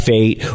Fate